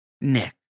Nick